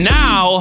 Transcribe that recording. now